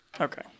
Okay